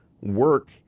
work